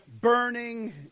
burning